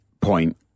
point